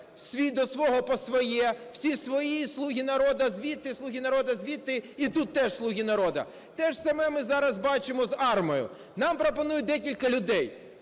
"свій до свого по своє". Всі свої: "слуги народу" звідти, "слуги народу" звідти. І тут теж "слуги народу". Те ж саме ми зараз бачимо з АРМА. Нам пропонують декількох людей: